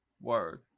Word